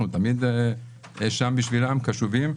אנחנו תמיד שם בשבילם קשובים.